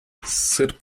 sırp